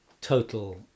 total